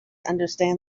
understand